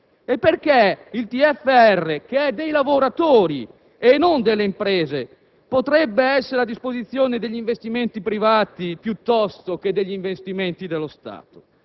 E perché il TFR, che è dei lavoratori e non delle imprese, dovrebbe essere a disposizione degli investimenti privati piuttosto che degli investimenti dello Stato?